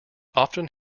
often